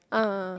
ah ah ah